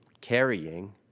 carrying